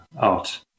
out